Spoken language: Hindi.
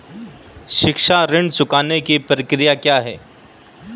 शिक्षा ऋण चुकाने की प्रक्रिया क्या है?